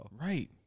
Right